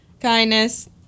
Kindness